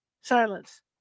Silence